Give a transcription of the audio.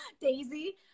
Daisy